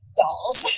dolls